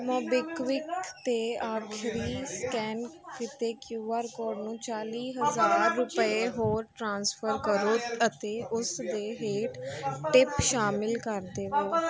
MobiKwik 'ਤੇ ਆਖਰੀ scan ਕੀਤੇ ਕਿਊ ਆਰ ਕੋਡ ਨੂੰ ਚਾਲੀ ਹਜ਼ਾਰ ਰੁਪਏ ਹੋਰ ਟ੍ਰਾਂਸਫਰ ਕਰੋ ਅਤੇ ਉਸ ਦੇ ਹੇਠ ਟਿਪ ਸ਼ਾਮਿਲ ਕਰ ਦੇਵੋ